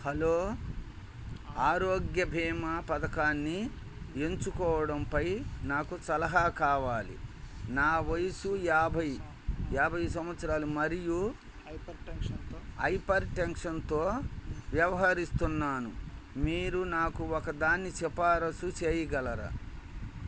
hello ఆరోగ్య బీమా పథకాన్ని ఎంచుకోవడంపై నాకు సలహా కావాలి నా వయసు యాభై యాభై సంవత్సరాలు మరియు హైపర్ టెన్షన్తో వ్యవహరిస్తున్నాను మీరు నాకు ఒకదాన్ని సిఫారసు చేయగలరా